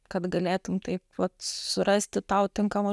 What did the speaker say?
kad galėtum taip vat surasti tau tinkamą